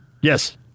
Yes